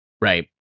Right